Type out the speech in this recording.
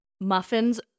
Muffins